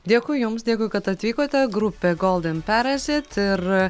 dėkui jums dėkui kad atvykote grupė golden perazit ir